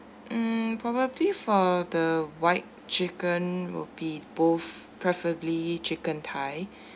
um probably for the white chicken will be both preferably chicken thigh